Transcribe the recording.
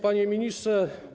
Panie Ministrze!